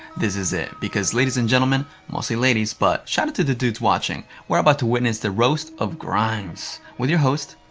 this is it. because, ladies and gentlemen, mostly ladies but shout out to the dudes watching, we're about to witness the roast of grimes with your host,